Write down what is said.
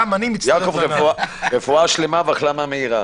יעקב, רפואה שלמה והחלמה מהירה.